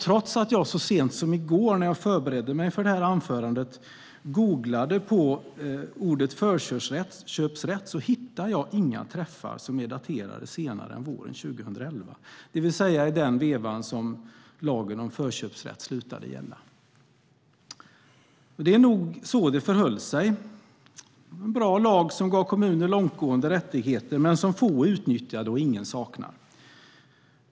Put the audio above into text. Trots att jag så sent som i går, när jag förberedde mig för detta anförande, googlade på ordet förköpsrätt hittade jag inga träffar daterade senare än våren 2010, det vill säga i den vevan som lagen om förköpsrätt slutade att gälla. Det var nog så det förhöll sig. Det var en bra lag som gav kommuner långtgående rättigheter men som få utnyttjade och ingen saknar.